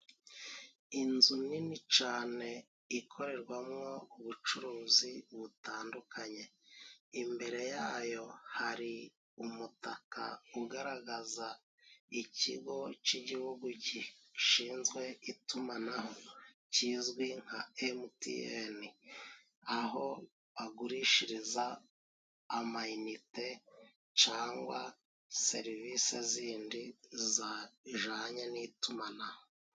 Inzu nini cyane ikorerwamo ubucuruzi butandukanye, imbere yayo hari umutaka ugaragaza ikigo cy'igihugu gishinzwe itumanaho kizwi nka emutiyeni, aho bagurishiriza amayinite cyangwa serivisi zindi zijyanye n'itumanaho.